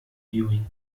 viewing